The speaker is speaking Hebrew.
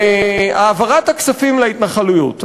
העברת הכספים להתנחלויות,